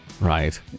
Right